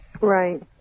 Right